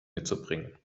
mitzubringen